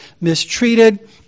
mistreated